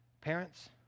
Parents